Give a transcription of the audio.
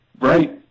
Right